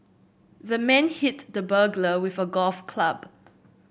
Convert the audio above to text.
the man hit the burglar with a golf club